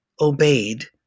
obeyed